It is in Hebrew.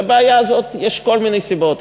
לבעיה הזאת יש כל מיני סיבות.